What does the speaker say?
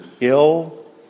ill